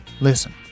listen